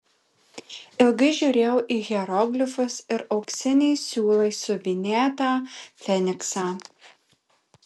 ilgai žiūrėjau į hieroglifus ir auksiniais siūlais siuvinėtą feniksą